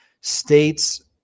states